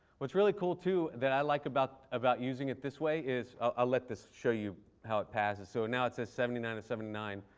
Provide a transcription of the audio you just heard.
what's really cool, too, that i like about about using it this way, is i'll let this show you how it passes. so now it says, seventy nine of seventy nine.